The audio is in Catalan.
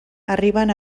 arriben